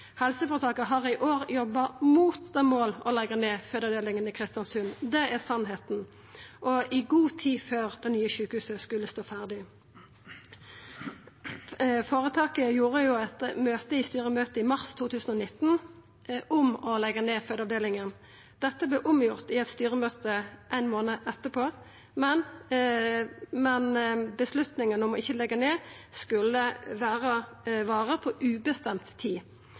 Helseføretaket har i år jobba mot målet om å leggja ned fødeavdelinga i Kristiansund, det er sanninga, og i god tid før det nye sjukehuset skulle stå ferdig. Føretaket gjorde eit vedtak i styremøtet i mars 2019 om å leggja ned fødeavdelinga. Dette vart omgjort i eit styremøte ein månad etterpå, men avgjerda om å ikkje leggja ned skulle vara på ubestemt tid.